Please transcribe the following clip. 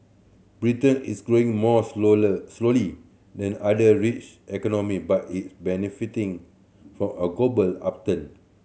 Britain is growing more slowly than other rich economy but is benefiting for a global upturn